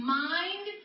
mind